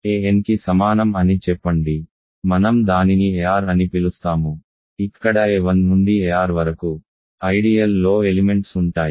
an కి సమానం అని చెప్పండి మనం దానిని ar అని పిలుస్తాము ఇక్కడ a1 నుండి ar వరకు ఐడియల్ లో ఎలిమెంట్స్ ఉంటాయి